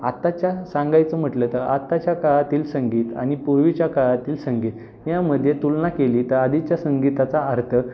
आत्ताच्या सांगायचं म्हटलं तर आत्ताच्या काळातील संगीत आणि पूर्वीच्या काळातील संगीत यामध्ये तुलना केली तर आधीच्या संगीताचा अर्थ